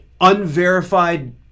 unverified